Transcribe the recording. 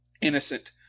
innocent